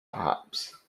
perhaps